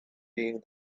being